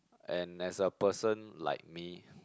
and as a person like me